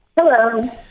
Hello